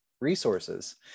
resources